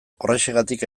horrexegatik